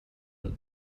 but